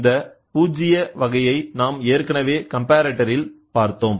இந்த பூஜ்ஜிய வகையை நாம் ஏற்கனவே கம்பரட்டரில் பார்த்தோம்